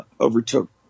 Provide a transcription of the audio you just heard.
overtook